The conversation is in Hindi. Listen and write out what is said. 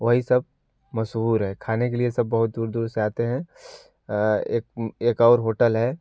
वही सब मशहूर है खाने के लिए सब बहुत दूर दूर से आते हैं एक एक और होटल है